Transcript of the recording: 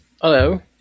Hello